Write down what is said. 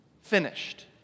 finished